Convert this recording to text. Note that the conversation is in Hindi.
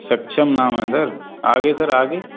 सक्षम नाम है सर आगे सर आगे